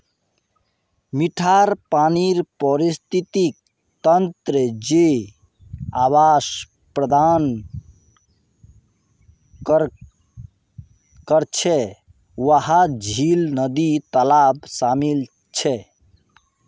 मिठा पानीर पारिस्थितिक तंत्र जे आवास प्रदान करछे वहात झील, नदिया, तालाब शामिल छे